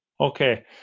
Okay